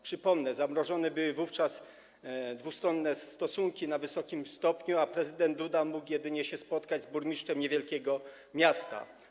Przypomnę, że zamrożone były wówczas dwustronne stosunki na wysokim szczeblu, a prezydent Duda mógł się jedynie spotkać z burmistrzem niewielkiego miasta.